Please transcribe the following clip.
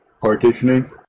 partitioning